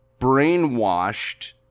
brainwashed